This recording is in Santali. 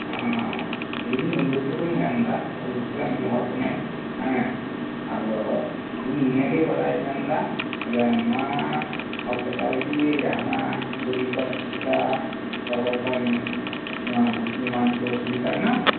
ᱚ ᱤᱧ ᱩᱞᱜᱷᱩᱴᱩ ᱠᱷᱚᱱᱤᱧ ᱢᱮᱱᱫᱟ ᱩᱞᱜᱷᱩᱴᱩ ᱨᱮᱱ ᱢᱤᱫ ᱦᱚᱲ ᱠᱟᱹᱱᱟᱹᱧ ᱦᱮᱸ ᱟᱫᱚ ᱤᱧ ᱱᱤᱭᱟᱹᱜᱮ ᱵᱟᱰᱟᱭᱤᱧ ᱢᱮᱱᱫᱟ ᱵᱚᱞᱮ ᱱᱚᱣᱟ ᱦᱟᱥᱯᱤᱴᱟᱞ ᱨᱮᱠᱤ ᱡᱟᱦᱟᱱᱟᱜ ᱨᱩᱜᱤ ᱠᱚᱣᱟᱜ ᱪᱤᱠᱤᱛᱥᱟ ᱵᱟᱵᱚᱫ ᱱᱚᱣᱟ ᱵᱷᱚᱨᱛᱤ ᱮᱢᱟᱱ ᱠᱚᱨᱮᱱᱟᱜ ᱥᱩᱵᱤᱛᱟ ᱢᱮᱱᱟᱜᱼᱟ